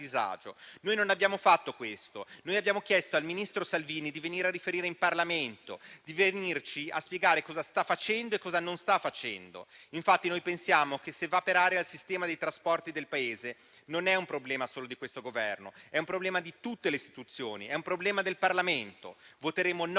Noi non abbiamo fatto questo. Noi abbiamo chiesto al ministro Salvini di venire a riferire in Parlamento, di venirci a spiegare cosa sta facendo e cosa non sta facendo. Noi pensiamo che, se va per aria il sistema dei trasporti del Paese, non è un problema solo di questo Governo, ma è un problema di tutte le istituzioni, è un problema del Parlamento. Voteremo no